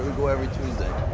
go every tuesday.